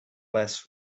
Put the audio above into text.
less